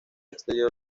exterior